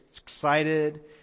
excited